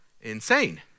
insane